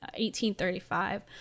1835